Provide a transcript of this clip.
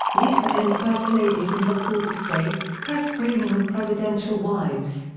lisa m. first ladies and the fourth estate press framing of presidential wives.